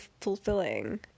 fulfilling